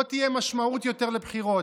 לא תהיה משמעות יותר לבחירות,